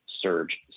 surge